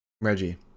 Reggie